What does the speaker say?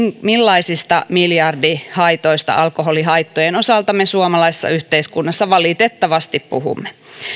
millaisista miljardihaitoista alkoholihaittojen osalta me suomalaisessa yhteiskunnassa valitettavasti puhumme